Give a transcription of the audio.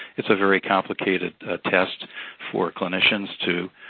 it's a very complicated test for clinicians to